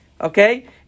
Okay